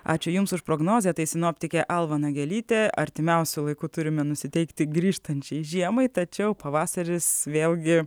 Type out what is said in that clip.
ačiū jums už prognozę tai sinoptikė alva nagelytė artimiausiu laiku turime nusiteikti grįžtančiai žiemai tačiau pavasaris vėlgi